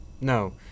No